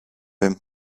him